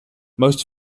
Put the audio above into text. most